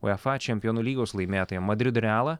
uefa čempionų lygos laimėtoją madrido realą